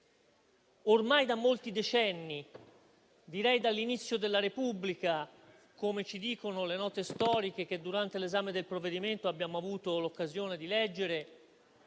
Ormai da molti decenni - direi dall'inizio della Repubblica, come ci dicono le note storiche che durante l'esame del provvedimento abbiamo avuto l'occasione di leggere